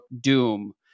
doom